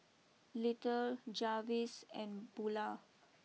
little Jarvis and Bula